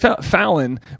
fallon